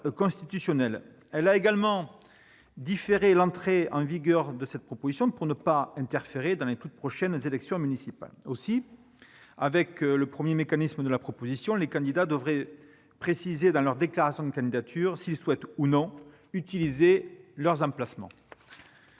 constitutionnelle. Elle a également différé l'entrée en vigueur des dispositions du texte, pour éviter toute interférence avec les prochaines élections municipales. Au titre du premier mécanisme proposé, les candidats devraient préciser, dans leur déclaration de candidature, s'ils souhaitent ou non utiliser leurs emplacements.